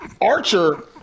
Archer